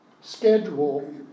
schedule